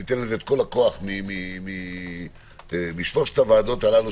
ניתן לזה את כל הכוח משלוש הוועדות הללו,